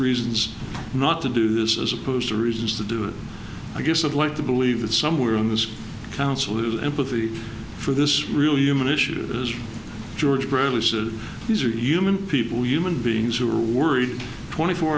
reasons not to do this as opposed to reasons to do it i guess i'd like to believe that somewhere in this council has empathy for this real human issue as george burley says these are human people human beings who are worried twenty four